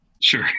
Sure